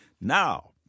Now